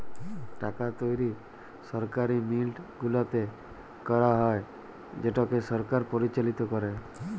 টাকা তৈরি সরকারি মিল্ট গুলাতে ক্যারা হ্যয় যেটকে সরকার পরিচালিত ক্যরে